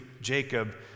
Jacob